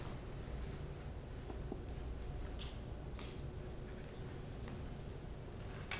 time